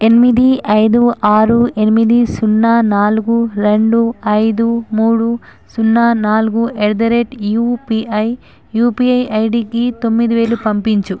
ఎనిమిది ఐదు ఆరు ఎనిమిది సున్నా నాలుగు రెండు ఐదు మూడు సున్నా నాలుగు at the rate UPI UPI ఐడికి తొమ్మిది వేలు పంపించు